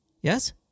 Yes